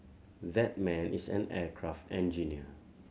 that man is an aircraft engineer